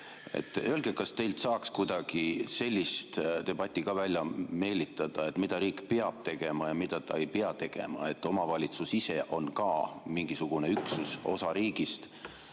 Öelge, kas teilt saaks kuidagi sellist debatti ka välja meelitada, mida riik peab tegema ja mida ta ei pea tegema? Omavalitsus ise on ka mingisugune üksus, osa riigist,